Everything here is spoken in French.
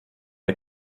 les